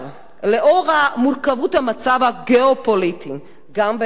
לאור מורכבות המצב הגיאו-פוליטי גם באזורנו,